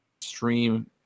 stream